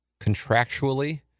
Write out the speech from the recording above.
contractually